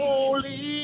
Holy